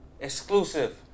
exclusive